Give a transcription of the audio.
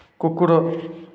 କୁକୁର